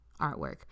artwork